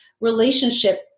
relationship